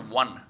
one